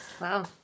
Wow